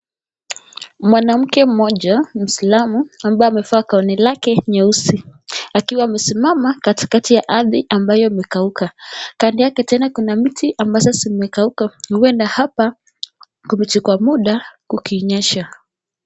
Mwanamke moja, mwislamu ambaye amevaa gauni lake nyeusi akiwa amesimama katikati ya ardhi ambayo imekauka. Kando yake tena kuna mti ambazo zimekauka, huenda hapa kumechukua muda kukinyesha.